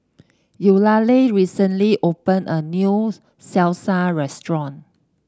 Eulalie recently opened a new Salsa restaurant